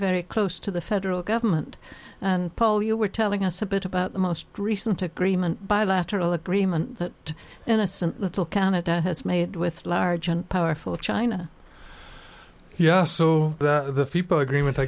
very close to the federal government and paul you were telling us a bit about the most recent agreement by lateral agreement that innocent little canada has made with large and powerful china yes so the people agreement i